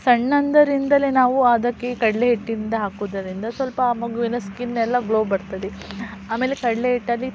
ಸಣ್ಣಂದರಿಂದಲೇ ನಾವು ಅದಕ್ಕೆ ಕಡಲೆ ಹಿಟ್ಟಿನಿಂದ ಹಾಕುವುದರಿಂದ ಸ್ವಲ್ಪ ಆ ಮಗುವಿನ ಸ್ಕಿನ್ನೆಲ್ಲ ಗ್ಲೋ ಬರ್ತದೆ ಆಮೇಲೆ ಕಡಲೆ ಹಿಟ್ಟಲ್ಲಿ